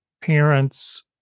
parents